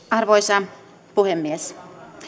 arvoisa puhemies